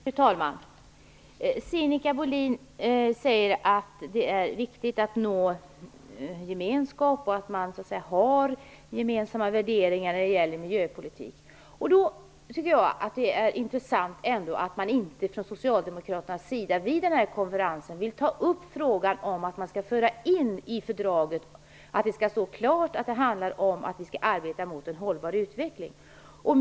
Fru talman! Sinikka Bohlin säger att det är viktigt att nå gemenskap och att ha gemensamma värderingar när det gäller miljöpolitik. Då tycker jag att det är intressant att Socialdemokraterna vid den här konferensen ändå inte vill ta upp frågan om att i fördraget föra in att det skall stå klart att det handlar om att vi skall arbeta för en hållbar utveckling.